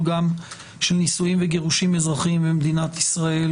גם של נישואים וגירושים אזרחיים במדינת ישראל,